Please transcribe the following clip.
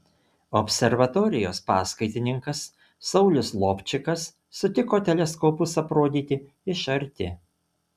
observatorijos paskaitininkas saulius lovčikas sutiko teleskopus aprodyti iš arti